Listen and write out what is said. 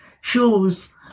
shows